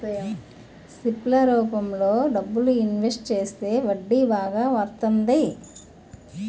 SIP ల రూపంలో డబ్బులు ఇన్వెస్ట్ చేస్తే వడ్డీ బాగా వత్తంది